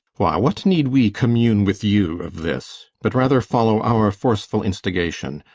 why, what need we commune with you of this, but rather follow our forceful instigation?